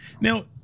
Now